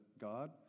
God